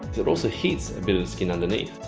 it also heats a bit of the skin underneath.